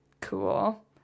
Cool